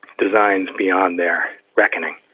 designs beyond their reckoning?